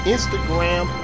Instagram